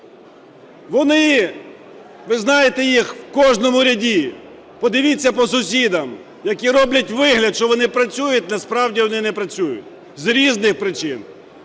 Вони, ви знаєте їх, у кожному ряді, подивіться по сусідам, які роблять вигляд, що вони працюють. Насправді вони не працюють, з різних причин,: